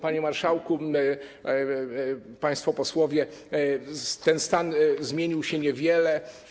Panie marszałku, państwo posłowie, ten stan zmienił się niewiele.